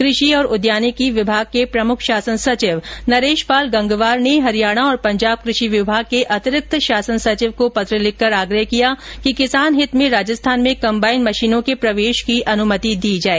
कृषि और उद्यानिकी के प्रमुख शासन सचिव नरेशपाल गंगवार ने हरियाणा और पंजाब कृषि विभाग के अतिरिक्त शासन सचिव को पत्र लिखकर आग्रह किया कि किसान हित में राजस्थान में कंबाइन मशीनों के प्रवेश की अनुमति दी जाए